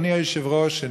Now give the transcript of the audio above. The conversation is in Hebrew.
אדוני היושב-ראש,